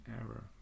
error